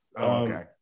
Okay